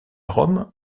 rome